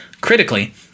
critically